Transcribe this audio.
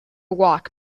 walk